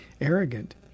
arrogant